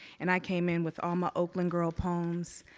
and i came in with all my oakland girl poems,